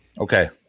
Okay